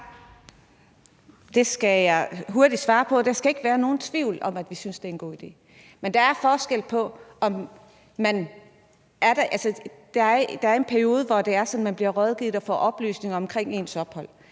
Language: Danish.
Det skal jeg hurtigt svare på. Der skal ikke være nogen tvivl om, at vi synes, det er en god idé. Men der er en periode, hvor det er sådan, at man bliver rådgivet og får oplysninger om ens ophold.